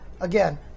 Again